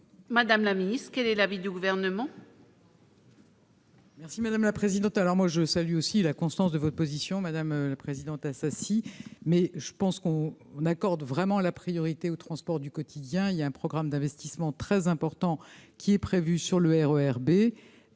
Madame la Ministre, quel est l'avis du gouvernement.